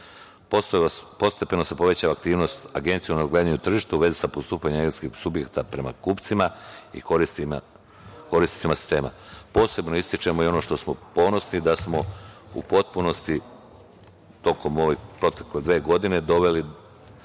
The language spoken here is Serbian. se povećava aktivnost Agencije na tržištu u vezi sa postupanjem energetskog subjekta prema kupcima i korisnicima sistema. Posebno ističemo i ono što smo ponosni, da smo u potpunosti tokom ove protekle dve godine doveli